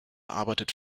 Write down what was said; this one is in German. arbeitet